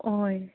हय